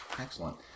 Excellent